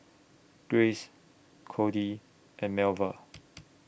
Grace Codey and Melva